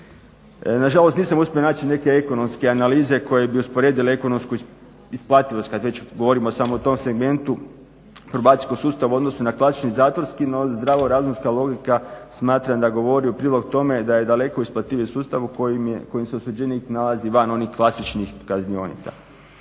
Nažalost, nisam uspio naći neke ekonomske analize koje bi usporedili ekonomsku isplativost kad već govorimo samo o tom segmentu, probacijskom sustavu u odnosu na klasični zatvorski no zdravorazumska logika smatram da govori u prilog tome da je daleko isplativije u sustavu kojim se osuđenim nalazi van onih klasičnih kaznionica.